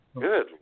Good